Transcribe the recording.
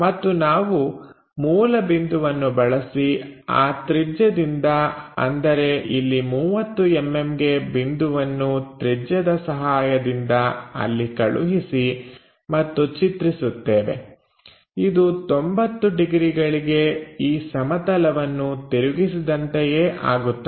ಮತ್ತು ನಾವು ಮೂಲಬಿಂದುವನ್ನು ಬಳಸಿ ಆ ತ್ರಿಜ್ಯದಿಂದ ಅಂದರೆ ಇಲ್ಲಿ 30mm ಗೆ ಬಿಂದುವನ್ನು ತ್ರಿಜ್ಯದ ಸಹಾಯದಿಂದ ಅಲ್ಲಿ ಕಳುಹಿಸಿ ಮತ್ತು ಚಿತ್ರಿಸುತ್ತೇವೆ ಇದು 90 ಡಿಗ್ರಿಗಳಿಗೆ ಈ ಸಮತಲವನ್ನು ತಿರುಗಿಸಿದಂತೆಯೇ ಆಗುತ್ತದೆ